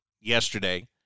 yesterday